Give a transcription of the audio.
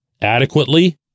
adequately